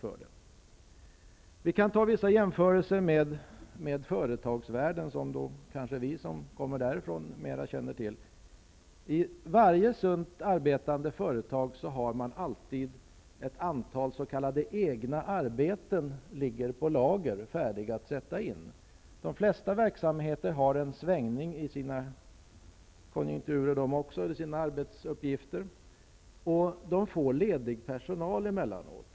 Man kan jämföra med företagsvärlden som vi, som kommer därifrån, kanske känner till mera. I varje sunt arbetande företag finns alltid ett antal s.k. egna arbeten liggande på lager, färdiga för att sättas i gång. I de flesta verksamheter förekommer det svängningar i konjunkturen eller anhopningar av arbetsuppgifter. Det innebär ledig personal emellanåt.